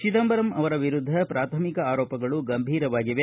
ಚಿದಂಬರಂ ವಿರುದ್ದ ಪ್ರಾಥಮಿಕ ಆರೋಪಗಳು ಗಂಭೀರವಾಗಿವೆ